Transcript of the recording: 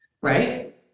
right